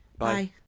Bye